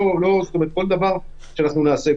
כל דבר שנעשה,